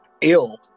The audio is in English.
ill